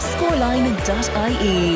Scoreline.ie